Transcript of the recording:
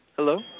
Hello